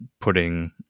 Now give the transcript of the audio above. putting